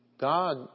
God